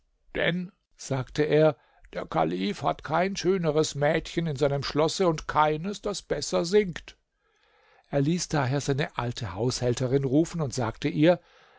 denn sagte er der kalif hat kein schöneres mädchen in seinem schlosse und keines das besser singt er ließ daher seine alte haushälterin rufen und sagte ihr